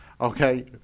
Okay